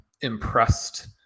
impressed